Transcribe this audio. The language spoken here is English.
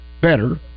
better